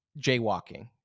jaywalking